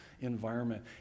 environment